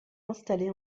installé